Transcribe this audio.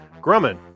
Grumman